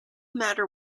matter